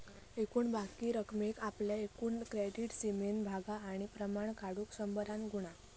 एकूण बाकी रकमेक आपल्या एकूण क्रेडीट सीमेन भागा आणि प्रमाण काढुक शंभरान गुणा